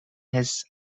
his